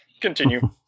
continue